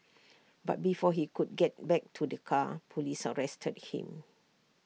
but before he could get back to the car Police arrested him